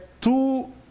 two